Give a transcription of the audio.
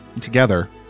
together